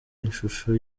ishusho